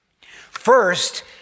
First